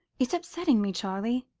it's upsetting me, charlie.